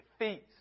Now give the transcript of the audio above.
defeats